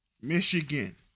Michigan